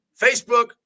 Facebook